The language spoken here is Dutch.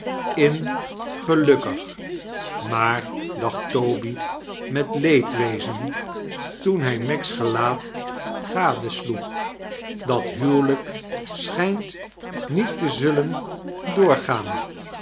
waren gelukkig in-gehikkig maar dacht toby met leedwezen toen hij meg's gelaat gadeslbeg dat huwelijk schijnt niet te zullen doorgaan